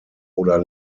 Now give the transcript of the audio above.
oder